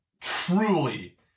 truly